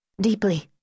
Deeply